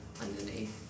underneath